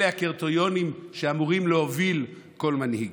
אלה הקריטריונים שאמורים להוביל כל מנהיג.